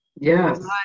yes